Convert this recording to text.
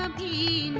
um the